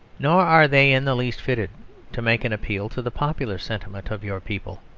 nor are they in the least fitted to make an appeal to the popular sentiment of your people.